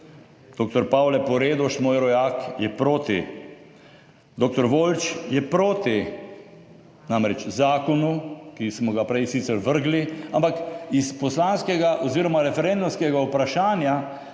Pavle Poredoš, moj rojak, je proti, doktor Voljč je proti, namreč, zakonu, ki smo ga prej sicer vrgli, ampak iz poslanskega oziroma referendumskega vprašanja